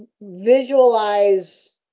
visualize